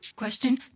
question